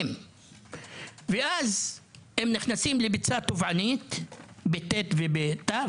ואז הם נכנסים לביצה טובענית ותובענית,